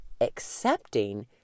accepting